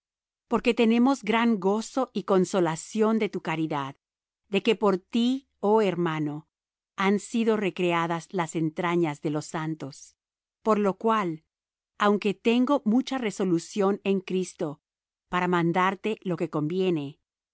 porque tenemos gran gozo y consolación de tu caridad de que por ti oh hermano han sido recreadas las entrañas de los santos por lo cual aunque tengo mucha resolución en cristo para mandarte lo que conviene